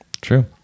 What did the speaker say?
True